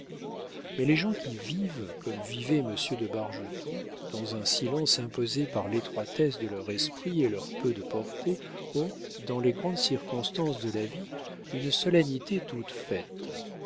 mais les gens qui vivent comme vivait monsieur de bargeton dans un silence imposé par l'étroitesse de leur esprit et leur peu de portée ont dans les grandes circonstances de la vie une solennité toute faite